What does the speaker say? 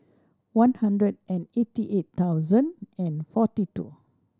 one hundred and eighty eight thousand and forty two